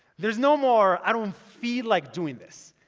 there's no more i don't feel like doing this.